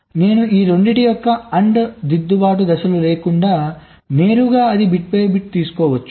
నేను ఈ రెండింటి యొక్క AND దిద్దుబాటు దశలు లేకుండా నేరుగా అది బిట్ బై బిట్ తీసుకోవచ్చు